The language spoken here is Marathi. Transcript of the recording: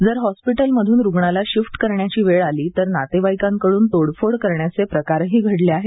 जर हॉस्पिटल मधून रुग्णाला शिफ्ट करायची वेळ आली तर नातेवाईकांकडून तोडफोड करण्याचे प्रकारही घडले आहेत